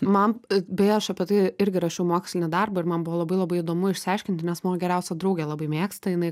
man beje aš apie tai irgi rašiau mokslinį darbą ir man buvo labai labai įdomu išsiaiškinti nes mano geriausia draugė labai mėgsta jinai